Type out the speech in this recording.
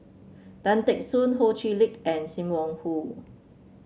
Tan Teck Soon Ho Chee Lick and Sim Wong Hoo